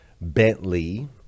Bentley